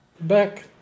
Back